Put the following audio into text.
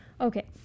Okay